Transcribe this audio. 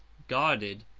guarded,